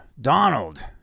Donald